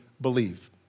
believe